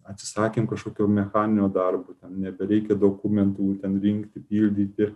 atsisakėm kažkokio mechaninio darbo nebereikia dokumentų ten rinkti pildyti